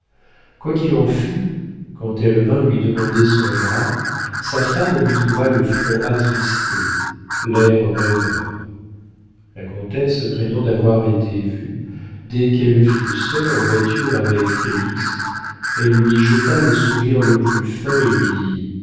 qu'il en fût quand elle vint lui demander son bras sa femme lui trouva le front attristé l'air rêveur la comtesse craignit d'avoir été vue dès qu'elle fut seule en voiture avec félix elle lui jeta le sourire le plus fin et lui dit